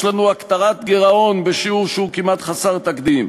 יש לנו הקטנת גירעון בשיעור שהוא כמעט חסר תקדים.